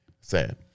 Sad